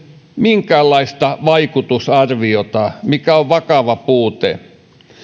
minkäänlaista säästöpäätöksen vaikutusarviota mikä on vakava puute